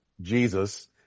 Jesus